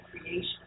creation